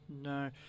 No